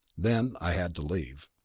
then i had to leave.